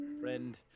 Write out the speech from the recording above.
friend